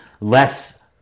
less